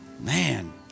Man